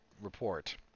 report